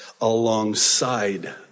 alongside